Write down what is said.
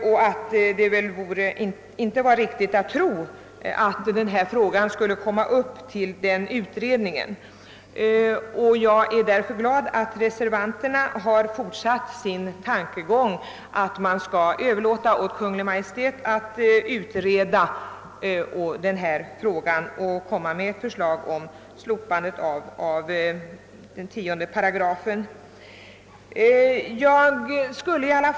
Det är alltså enligt statsrådet Palme inte troligt att den här frågan tas upp av ut redningen, och därför är jag glad att reservanterna har hållit fast vid sin tanke att överlåta åt Kungl. Maj:t att utreda frågan och framlägga förslag om slopande av 10 § i allmänna ordningsstadgan.